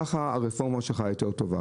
ככה הרפורמה שלך יותר טובה.